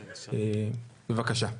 בבקשה.